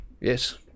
Yes